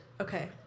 Okay